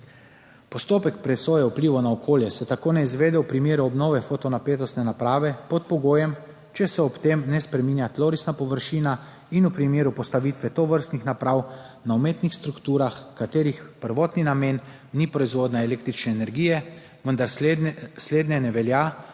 Postopek presoje vplivov na okolje se tako ne izvede v primeru obnove fotonapetostne naprave pod pogojem, če se ob tem ne spreminja tlorisna površina in v primeru postavitve tovrstnih naprav na umetnih strukturah, katerih prvotni namen ni proizvodnja električne energije, vendar slednje ne velja